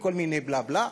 וכל מיני בלה-בלה,